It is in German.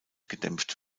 gedämpft